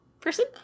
person